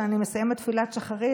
כשאני מסיימת תפילת שחרית,